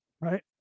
right